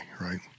right